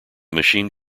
machine